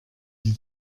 die